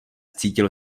cítil